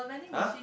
!huh!